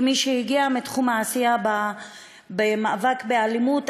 כמי שהגיעה מתחום העשייה במאבק באלימות,